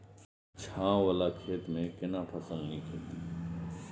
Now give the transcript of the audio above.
छै ॉंव वाला खेत में केना फसल नीक होयत?